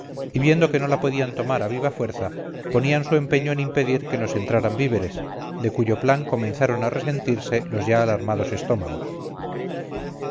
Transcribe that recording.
y viendo que no la podían tomar a viva fuerza ponían su empeño en impedir que nos entraran víveres de cuyo plan comenzaron a resentirse los ya alarmados estómagos